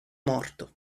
morto